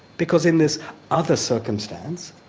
because in this other circumstance,